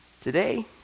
Today